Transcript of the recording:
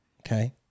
Okay